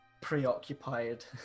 Preoccupied